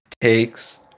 takes